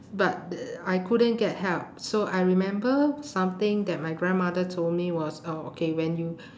but th~ I couldn't get help so I remember something that my grandmother told me was oh okay when you